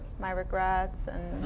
my regrets.